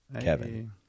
Kevin